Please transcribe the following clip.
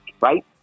right